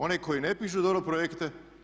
One koji ne pišu dobro projekte?